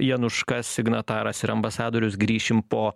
januška signataras ir ambasadorius grįšim po